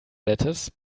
lettuce